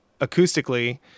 acoustically